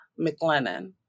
McLennan